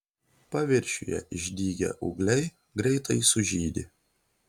paviršiuje išdygę ūgliai greitai sužydi